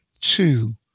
two